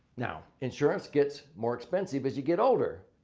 now, insurance gets more expensive as you get older.